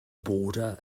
border